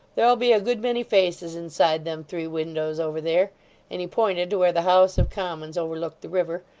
there'll be a good many faces inside them three windows over there and he pointed to where the house of commons overlooked the river,